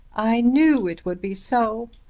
i knew it would be so.